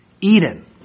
Eden